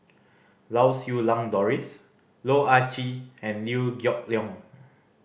Lau Siew Lang Doris Loh Ah Chee and Liew Geok Leong